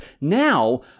now